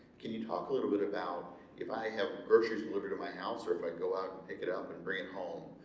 can you talk a little bit about if i have groceries deliver to my house or if i go out and pick it up and bring it home,